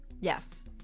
Yes